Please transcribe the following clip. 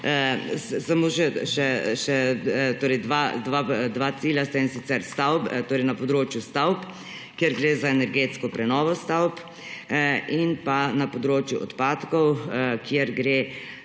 Samo še dva cilja sta, in sicer na področju stavb, kjer gre za energetsko prenovo stavb, in pa na področju odpadkov, kjer gre za